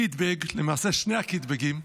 הקיטבג, למעשה שני הקיטבגים,